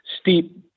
steep